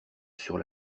sur